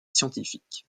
scientifiques